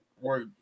work